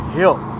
help